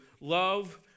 love